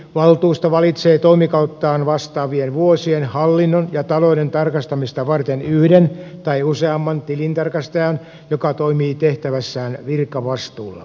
valtuusto valitsee toimikauttaan vastaavien vuosien hallinnon ja talouden tarkastamista varten yhden tai useamman tilintarkastajan joka toimii tehtävässään virkavastuulla